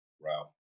Wow